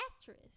actress